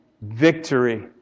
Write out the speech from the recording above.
victory